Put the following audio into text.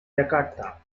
jakarta